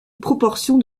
proportion